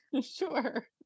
sure